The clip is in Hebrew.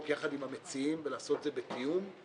יחד עם המציעים ולעשות את זה בתיאום.